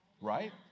right